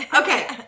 Okay